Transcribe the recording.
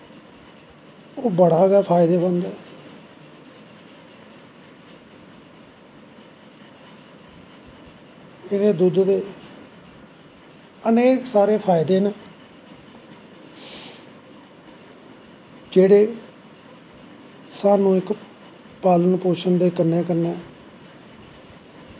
ओह् बड़ा गै फायदेमंद ऐ एह्दे दुध्द दे अनेक सारे फायदे न जेह्ड़े साह्नू इक पालन पोशन दे कन्नैं कन्नैं